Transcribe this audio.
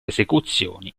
esecuzioni